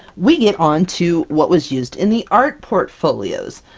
we get on to what was used in the art portfolios!